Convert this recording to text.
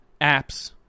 apps